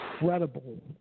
incredible